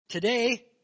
Today